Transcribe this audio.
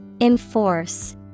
Enforce